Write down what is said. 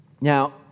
Now